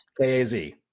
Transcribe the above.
K-A-Z